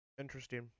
Interesting